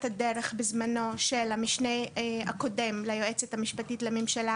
הדרך בזמנו של המשנה הקודם ליועצת המשפטית לממשלה,